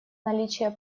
наличие